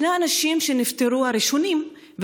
שני האנשים הראשונים שנפטרו,